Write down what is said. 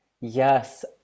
Yes